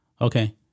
Okay